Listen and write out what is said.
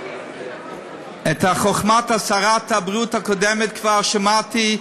את חוכמת שרת הבריאות הקודמת כבר שמעתי.